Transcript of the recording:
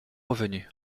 revenu